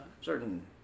Certain